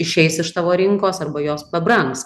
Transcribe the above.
išeis iš tavo rinkos arba jos pabrangs